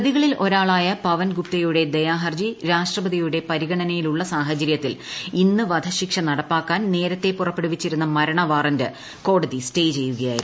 പ്രതികളിൽ ഒരാളായ പവൻ ഗുപ്തയുടെ ദയാഹർജി ആഷ്ട്രപതിയുടെ പരിഗണനയിലുള്ള സാഹചര്യത്തിൽ ഇന്ന് വ്ധ്യ്തിക്ഷ നടപ്പാക്കാൻ നേരത്തെ പുറപ്പെടുവിച്ചിരുന്ന മരണവാറന്റ് കോടതി സ്റ്റേ ചെയ്യുകയായിരുന്നു